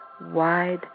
wide